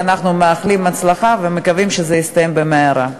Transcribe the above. ואנחנו מאחלים הצלחה ומקווים שזה יסתיים במהרה.